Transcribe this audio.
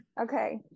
Okay